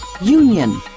union